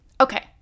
Okay